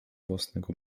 własnego